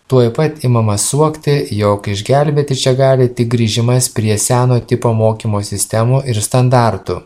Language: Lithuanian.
tuoj pat imama suokti jog išgelbėti čia gali tik grįžimas prie seno tipo mokymo sistemų ir standartų